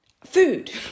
food